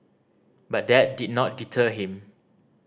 but that did not deter him